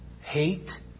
hate